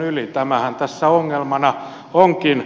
tämähän tässä ongelmana onkin